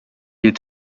est